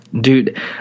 dude